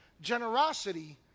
Generosity